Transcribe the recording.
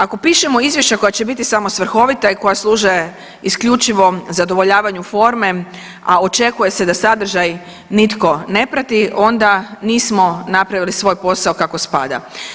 Ako pišemo izvješća koja će biti samo svrhovita i koja služe isključivo zadovoljavanju forme, a očekuje se da sadržaj nitko ne prati, onda nismo napravili svoj posao kako spada.